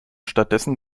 stattdessen